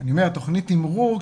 אני אומר תכנית תמרור,